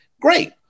Great